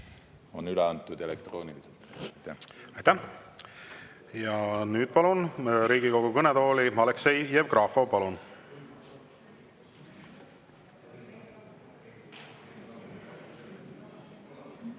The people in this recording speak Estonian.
on üle antud elektrooniliselt. Aitäh! Nüüd palun Riigikogu kõnetooli Aleksei Jevgrafovi. Palun!